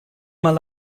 mal